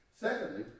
Secondly